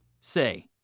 Say